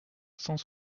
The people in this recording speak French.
cent